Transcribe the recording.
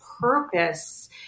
purpose